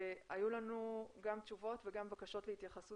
שהיו לנו גם תשובות וגם בקשות להתייחסות